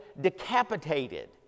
decapitated